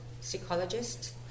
psychologists